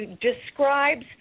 describes